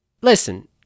Listen